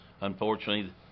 unfortunately